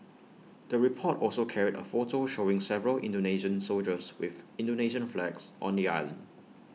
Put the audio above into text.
the report also carried A photo showing several Indonesian soldiers with Indonesian flags on the island